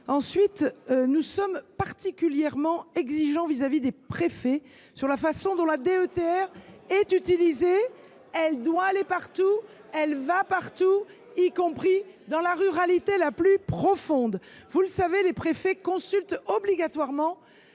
surcroît, nous sommes particulièrement exigeants vis à vis des préfets quant à la façon dont la DETR est utilisée : elle doit aller partout, et elle va partout, y compris dans la ruralité la plus profonde. Vous le savez, les préfets consultent obligatoirement